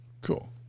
Cool